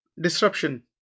Disruption